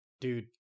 dude